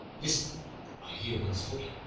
listen i hear one's footing.